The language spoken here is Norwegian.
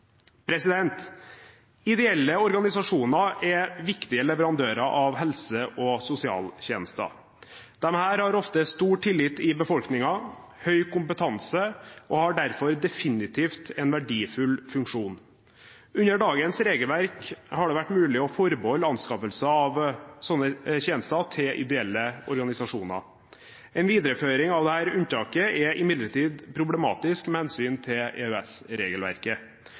fagarbeideren. Ideelle organisasjoner er viktige leverandører av helse- og sosialtjenester. Disse har ofte stor tillit i befolkningen, høy kompetanse og har derfor definitivt en verdifull funksjon. Under dagens regelverk har det vært mulig å forbeholde ideelle organisasjoner anskaffelser av sånne tjenester. En videreføring av dette unntaket er imidlertid problematisk